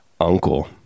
uncle